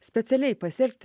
specialiai pasielgti